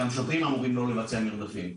גם שוטרים אמורים לא לבצע מרדפים.